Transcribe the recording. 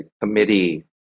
committee